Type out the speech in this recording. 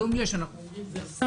היום יש תקדים של ורסאי.